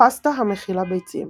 הפסטה המכילה ביצים.